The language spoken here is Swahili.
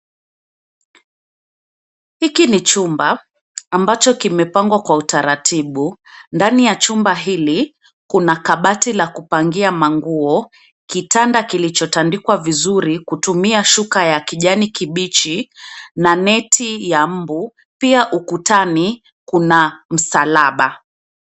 Hiki ni chumba, ambacho kimepangwa kwa utaratibu. Ndani ya chumba hili, kuna kabati la kupangia manguo, kitanda kilichotandikwa vizuri kutumia shuka ya kijani kibichi, na neti ya mbu, pia ukutani, kuna, msalaba.